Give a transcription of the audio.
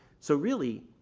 so really,